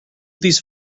these